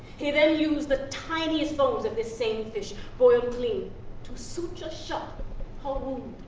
he then used the tiniest bones of this same fish boiled clean to suture shut her wound.